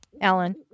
Alan